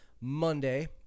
Monday